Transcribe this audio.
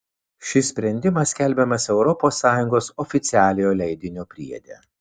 šis sprendimas skelbiamas europos sąjungos oficialiojo leidinio priede